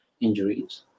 injuries